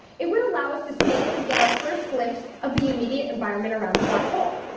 it would allow us to safely get our first glimpse of the immediate environment around a black hole.